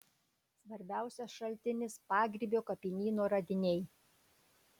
svarbiausias šaltinis pagrybio kapinyno radiniai